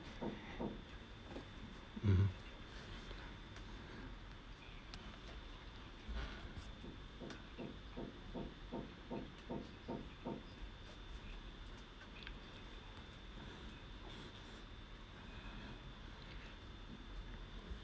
mm